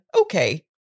Okay